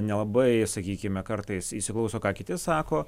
nelabai sakykime kartais įsiklauso ką kiti sako